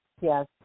Yes